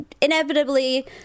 Inevitably